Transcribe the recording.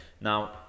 Now